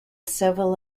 several